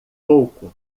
pouco